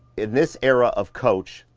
in this era of coach,